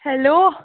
hello